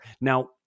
Now